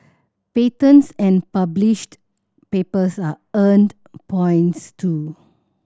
patents and published papers are earned points too